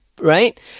right